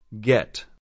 Get